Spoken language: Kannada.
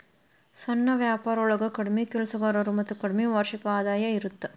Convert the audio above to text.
ಸಣ್ಣ ವ್ಯಾಪಾರೊಳಗ ಕಡ್ಮಿ ಕೆಲಸಗಾರರು ಮತ್ತ ಕಡ್ಮಿ ವಾರ್ಷಿಕ ಆದಾಯ ಇರತ್ತ